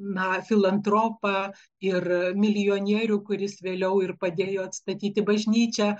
na filantropą ir milijonierių kuris vėliau ir padėjo atstatyti bažnyčią